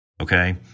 Okay